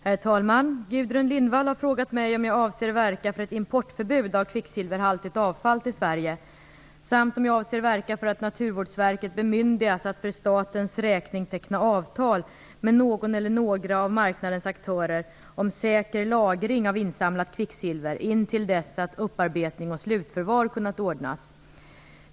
Herr talman! Gudrun Lindvall har frågat mig om jag avser att verka för ett importförbud av kvicksilverhaltigt avfall till Sverige samt om jag avser att verka för att Naturvårdsverket bemyndigas att för statens räkning teckna avtal med någon eller några av marknadens aktörer om säker lagring av insamlat kvicksilver intill dess att upparbetning och slutförvaring har kunnat ordnas.